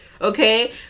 Okay